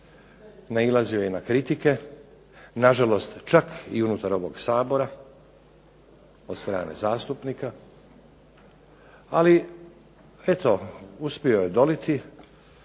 nailazio je na kritike, nažalost čak i unutar ovog Sabora od strane zastupnika. Ali eto uspio je odoliti,